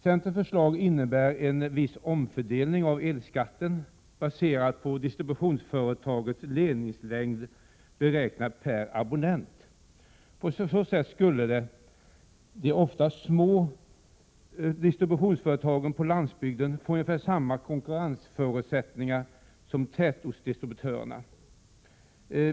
Centerns förslag innebär en viss omfördelning av elskatten baserad på distrubitionsföretagets ledningslängd beräknad per abonnent. På så sätt skulle — de ofta små —distributionsföretagen på landsbygden få ungefär samma konkurrensförutsättningar som tätortsdistributörerna.